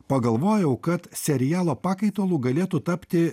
pagalvojau kad serialo pakaitalu galėtų tapti